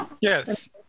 Yes